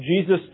Jesus